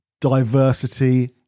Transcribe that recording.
diversity